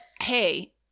hey